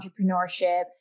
entrepreneurship